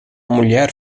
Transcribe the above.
mulher